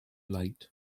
late